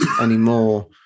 anymore